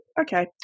okay